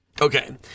okay